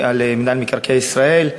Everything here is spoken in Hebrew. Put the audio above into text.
מינהל מקרקעי ישראל.